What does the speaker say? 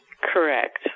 Correct